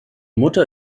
mutter